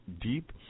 deep